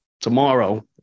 tomorrow